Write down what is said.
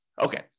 Okay